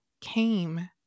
came